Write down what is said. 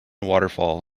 waterfall